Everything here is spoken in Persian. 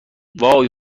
وای